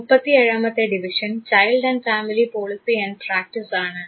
37 ആമത്തെ division child and family policy and practice ആണ്